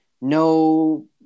no